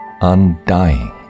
undying